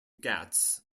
ghats